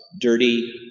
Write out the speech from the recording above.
dirty